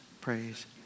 Praise